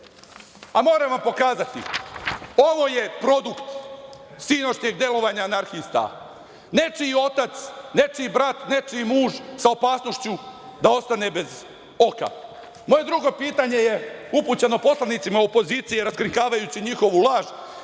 a moram vam pokazati, ovo je produkt sinoćnjeg delovanja anarhista, nečiji otac, nečiji brat, nečiji muž sa opasnošću da ostane bez oka. Moje drugo pitanje je upućeno poslanicima opozicije, raskrinkavajući njihovu laž